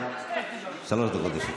שלוש דקות לרשותך.